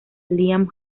liam